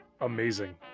Amazing